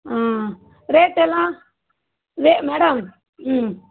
ஆ ரேட்டெல்லாம் ரே மேடம் ம்